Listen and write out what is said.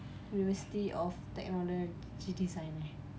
university of technology design eh